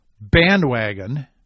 bandwagon